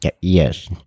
Yes